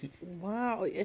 Wow